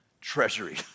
treasury